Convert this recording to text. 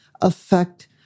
affect